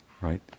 right